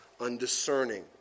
undiscerning